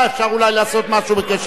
אפשר אולי לעשות משהו בקשר לזה.